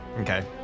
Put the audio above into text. Okay